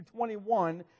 21